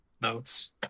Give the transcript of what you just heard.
notes